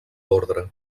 ordre